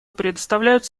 представляют